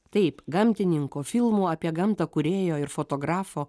taip gamtininko filmų apie gamtą kūrėjo ir fotografo